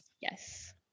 yes